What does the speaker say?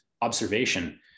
observation